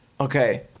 Okay